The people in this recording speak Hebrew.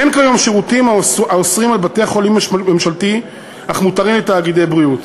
אין כיום שירותים שאסור לבית-חולים ממשלתי לתת אך מותר לתאגידי בריאות.